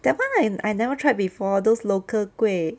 that [one] I I never tried before those local kueh